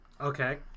Okay